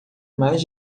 mais